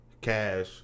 Cash